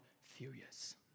furious